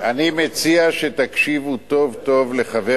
אני מציע שתקשיבו טוב טוב לחבר